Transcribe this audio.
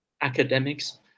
academics